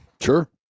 Sure